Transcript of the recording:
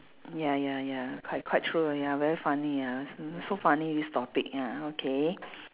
ya ya ya quite quite true ya very funny ya s~ so funny this topic ya okay